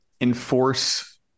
enforce